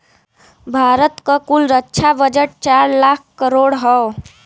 भारत क कुल रक्षा बजट चार लाख करोड़ हौ